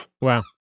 Wow